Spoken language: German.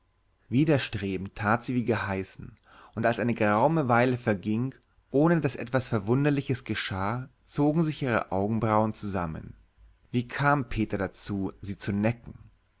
widerstrebend tat sie wie geheißen und als eine geraume weile verging ohne daß etwas verwunderliches geschah zogen sich ihre augenbrauen zusammen wie kam peter dazu sie zu necken